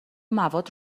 مواد